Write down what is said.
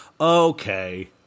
Okay